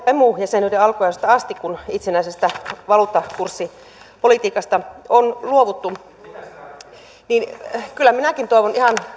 emu jäsenyyden alkuajoista asti kun itsenäisestä valuuttakurssipolitiikasta on luovuttu kyllä minäkin toivon ihan